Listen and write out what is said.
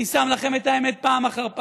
אני שם לכם את האמת פעם אחר פעם,